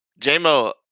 Jmo